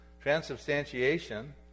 transubstantiation